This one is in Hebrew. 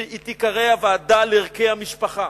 שתיקרא "הוועדה לערכי המשפחה".